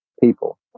People